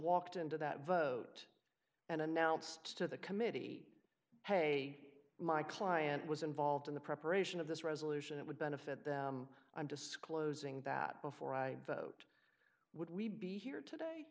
walked into that vote and announced to the committee hey my client was involved in the preparation of this resolution it would benefit them i'm disclosing that before i vote would we be here today